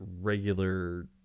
regular